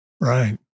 Right